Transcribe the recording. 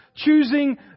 choosing